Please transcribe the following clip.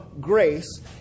grace